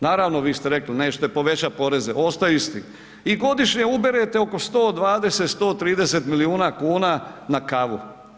Naravno vi ste rekli nećete povećati poreze, ostaju isti i godišnje uberete oko 120, 130 milijuna kuna na kavu.